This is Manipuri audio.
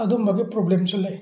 ꯑꯗꯨꯝꯕꯒꯤ ꯄ꯭ꯔꯣꯕ꯭ꯂꯦꯝꯁꯨ ꯂꯩ